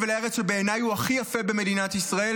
בחבל הארץ שבעיניי הוא הכי יפה במדינת ישראל,